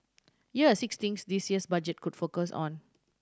here are six things this year's Budget could focus on